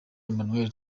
emmanuel